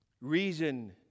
reason